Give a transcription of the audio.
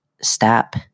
stop